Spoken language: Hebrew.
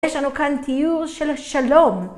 יש לנו כאן תיאור של שלום.